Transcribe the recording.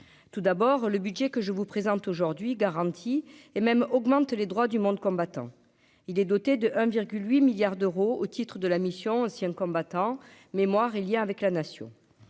tout d'abord le budget que je vous présente aujourd'hui garantie et même augmente les droits du monde combattant, il est doté de 1,8 milliards d'euros au titre de la mission Anciens combattants mémoire il y a avec la nation,